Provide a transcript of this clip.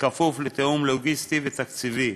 כפוף לתיאום לוגיסטי ותקציבי.